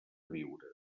viure